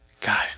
god